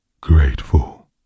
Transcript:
Grateful